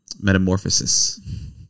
metamorphosis